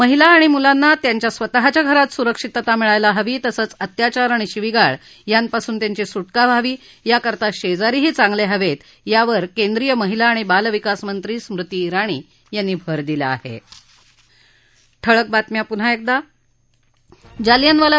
महिला आणि मुलांना त्यांच्या स्वतःच्या घरात सुरक्षितता मिळायला हवी तसंच अत्याचार आणि शिवीगाळ यांपासून त्यांची सुटका व्हावी याकरिता शेजारीही चांगले हवेत यावर केंद्रीय महिला आणि बालविकास मंत्री स्मृती जिणी यांनी भर दिला